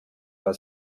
war